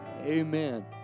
Amen